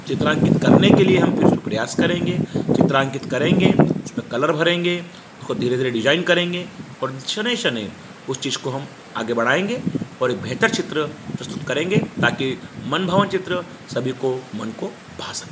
चित्रांकित करने के लिए हम फिर उस पर प्रयास करेंगे चित्रांकित करेंगे उस पर कलर भरेंगे उखको धीरे धीरे डिजाइन करेंगे और शनय शनय उस चीज़ को हम आगे बढ़ाएँगे और एक बेहतर चित्र प्रस्तुत करेंगे ताकि मनभावन चित्र सभी को मन को भा सके